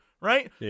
right